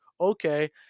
Okay